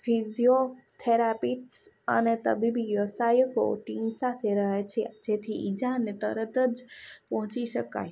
physiotherapist અને તબીબી વ્યવસાયકો ટીમ સાથે રહ્યા છે જેથી ઇજાને તરત જ પહોંચી શકાય